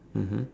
mmhmm